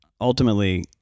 ultimately